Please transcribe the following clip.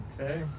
Okay